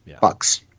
bucks